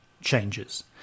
changes